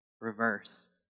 reverse